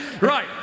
Right